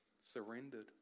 surrendered